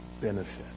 benefit